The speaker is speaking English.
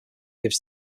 give